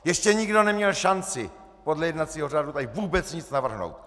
Ještě nikdo neměl šanci podle jednacího řádu tady vůbec nic navrhnout!